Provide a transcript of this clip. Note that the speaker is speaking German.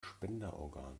spenderorgan